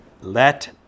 let